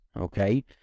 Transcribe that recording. Okay